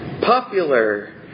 popular